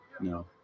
No